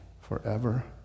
forever